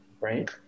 right